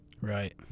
Right